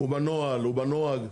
הוא בנוהל, הוא בנוהג.